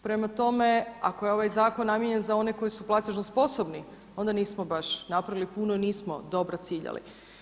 Prema tome, ako je ovaj zakon namijenjen za one koji su platežno sposobni, onda nismo baš napravili puno i nismo dobro ciljali.